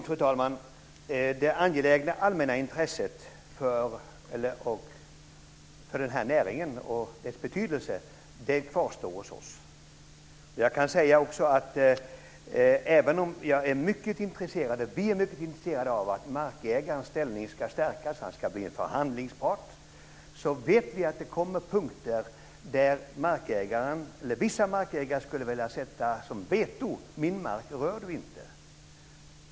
Fru talman! Det här med det angelägna allmänna intresset inom den här näringen, och dess betydelse, kvarstår hos oss. Jag kan också säga att även om vi är mycket intresserade av att markägarens ställning ska stärkas, han ska bli en förhandlingspart, vet vi att det kommer punkter där vissa markägare skulle vilja sätta upp ett veto: Min mark rör du inte!